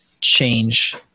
change